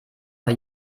bei